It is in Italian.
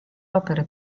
opere